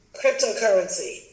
cryptocurrency